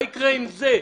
מה יקרה עם זה,